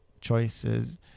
choices